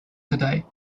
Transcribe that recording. today